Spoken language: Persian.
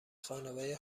خانواده